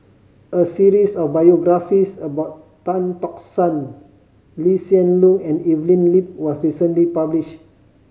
a series of biographies about Tan Tock San Lee Hsien Loong and Evelyn Lip was recently published